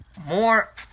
more